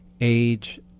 age